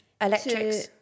Electrics